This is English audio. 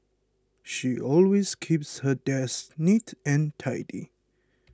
she always keeps her desk neat and tidy